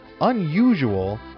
Unusual